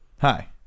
Hi